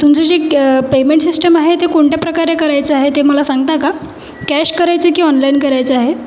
तुमचं जे क पेमेंट सिष्टीम आहे ते कोणत्या प्रकारे करायचं आहे ते मला सांगता का कॅश करायचं की ऑनलाईन करायचं आहे